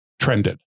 trended